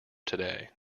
today